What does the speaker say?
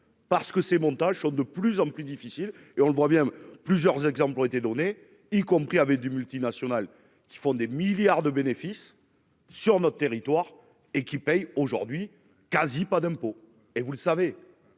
parce que ces montages sont de plus en plus difficile et on le voit bien, plusieurs exemples ont été donnés, y compris avec des multinationales qui font des milliards de bénéfices sur notre territoire et qui paye aujourd'hui quasi pas d'impôts, et vous le savez,